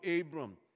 Abram